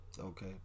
Okay